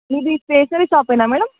మీది స్టేషనరీ షాపేనా మ్యాడమ్